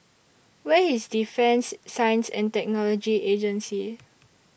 Where IS Defence Science and Technology Agency